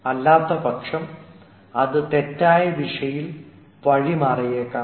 അല്ലാത്തപക്ഷം അത് തെറ്റായ ദിശയിൽ വഴി മാറിയേക്കാം